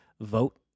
vote